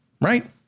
right